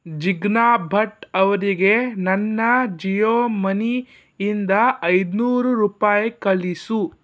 ಜಿಗ್ನಾ ಭಟ್ ಅವರಿಗೆ ನನ್ನ ಜಿಯೋ ಮನಿಯಿಂದ ಐದುನೂರು ರೂಪಾಯಿ ಕಳಿಸು